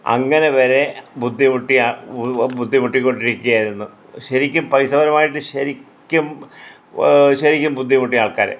അങ്ങനെ വരെ ബുദ്ധിമുട്ടിയാണ് ബുദ്ധിമുട്ടിക്കൊണ്ടിരിക്കുകയായിരുന്നു ശരിക്കും പൈസ പരമായിട്ട് ശരിക്കും ശരിക്കും ബുദ്ധിമുട്ടി ആൾക്കാർ